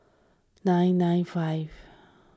nine nine five